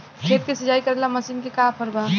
खेत के सिंचाई करेला मशीन के का ऑफर बा?